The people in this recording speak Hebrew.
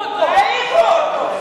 תעיפו אותו,